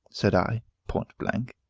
said i, point-blank.